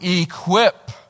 equip